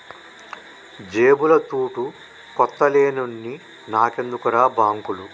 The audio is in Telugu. జేబుల తూటుకొత్త లేనోన్ని నాకెందుకుర్రా బాంకులు